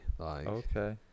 Okay